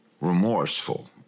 remorseful